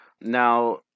Now